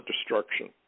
destruction